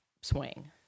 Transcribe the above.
swing